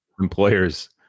employers